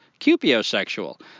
cupiosexual